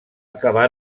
acabar